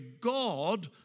God